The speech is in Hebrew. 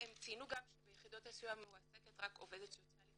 הם ציינו גם שביחידות מסוימות מועסקת רק עובדת סוציאלית